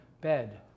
bed